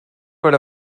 per